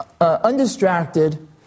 undistracted